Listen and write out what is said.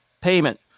payment